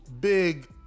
Big